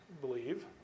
believe